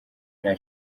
nta